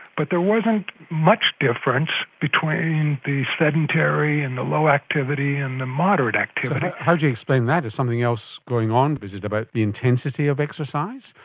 but there wasn't much difference between the sedentary and the low activity and the moderate activity. so how do you explain that? is something else going on? is it about the intensity of exercise?